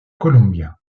columbia